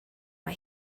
mae